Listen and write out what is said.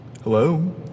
Hello